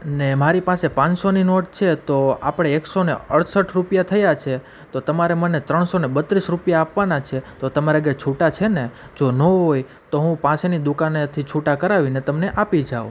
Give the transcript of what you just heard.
ને મારી પાસે પાંચસોની નોટ છે તો આપણે એકસોને અડસઠ રૂપિયા થયા છે તો તમારે મને ત્રણસોને બત્રીસ રૂપિયા આપવાના છે તો તમારા આગળ છૂટા છેને જો ન હોય તો હું પાસેની દુકાનેથી છૂટા કરાવીને તમને આપી જાઉં